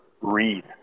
Read